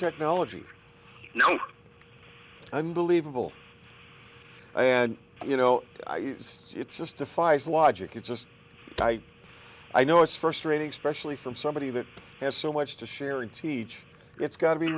technology unbelievable and you know it's just defies logic it's just i know it's frustrating especially from somebody that has so much to share and teach it's got to be